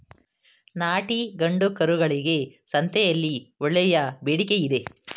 ನಾಟಿ ಗಂಡು ಕರುಗಳಿಗೆ ಸಂತೆಯಲ್ಲಿ ಒಳ್ಳೆಯ ಬೇಡಿಕೆಯಿದೆ